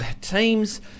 teams